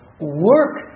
work